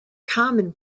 common